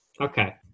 Okay